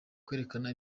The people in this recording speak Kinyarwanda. kwerekana